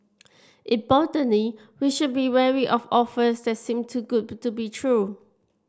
importantly we should be wary of offers that seem too good to be true